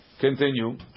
Continue